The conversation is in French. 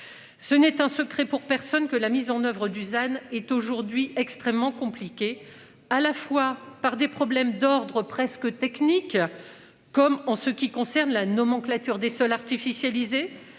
Ce n'est un secret pour personne que la mise en oeuvre Dusan est aujourd'hui extrêmement compliqué à la fois par des problèmes d'ordre presque technique. Comme en ce qui concerne la nomenclature des sols artificialisés